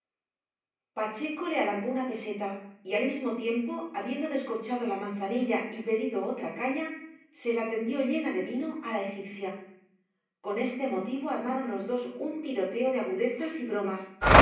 pacheco le alargó una peseta y al mismo tiempo habiendo descorchado la manzanilla y pedido otra caña se la tendió llena de vino a la egipcia con este motivo armaron los dos un tiroteo de agudezas y bromas